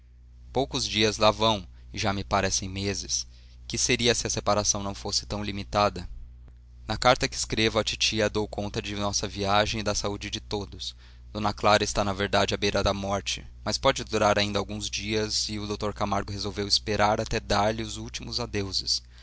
poucos dias lá vão e já me parecem meses que seria se a separação não fosse tão limitada na carta que escrevo a titia dou conta da nossa viagem e da saúde de todos d clara está na verdade à beira da morte mas pode durar ainda alguns dias e o dr camargo resolveu esperar até dar-lhe os últimos adeuses